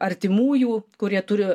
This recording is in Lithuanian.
artimųjų kurie turi